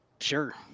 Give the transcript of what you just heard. Sure